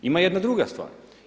Ima jedna druga stvar.